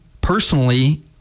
personally